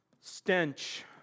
Stench